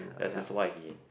that is why he